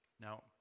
Now